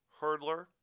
hurdler